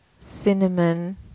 cinnamon